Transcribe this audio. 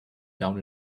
down